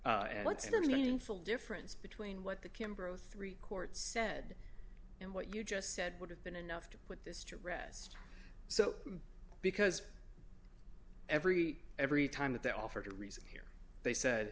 opinion full difference between what the kimbrough three courts said and what you just said would have been enough to put this to rest so because every every time that they offered a reason here they said